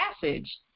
passage